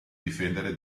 difendere